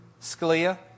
Scalia